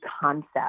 concept